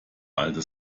alte